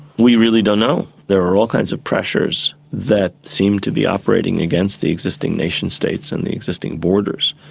we really don't know. there are all kinds of pressures that seem to be operating against the existing nation states and the existing borders,